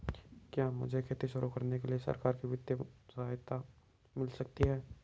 क्या मुझे खेती शुरू करने के लिए सरकार से वित्तीय सहायता मिल सकती है?